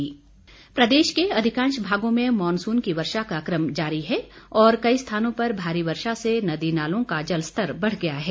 मौसम प्रदेश के अधिकांश भागों में मॉनसून की वर्षा का क्रम जारी है और कई स्थानों पर भारी वर्षा से नदी नालों का जलस्तर बढ़ गया है